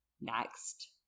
Next